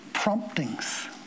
promptings